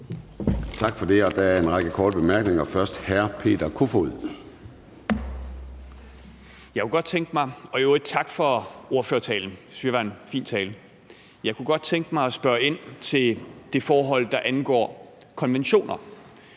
Tak for det. Der er en række korte bemærkninger, først fra hr. Peter Kofod. Kl. 10:50 Peter Kofod (DF): Tak for ordførertalen. Det synes jeg var en fin tale. Jeg kunne godt tænke mig at spørge ind til det forhold, der angår konventioner.